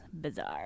bizarre